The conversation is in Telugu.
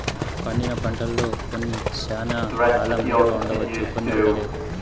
పండిన పంటల్లో కొన్ని శ్యానా కాలం నిల్వ ఉంచవచ్చు కొన్ని ఉండలేవు